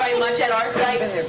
much at our site.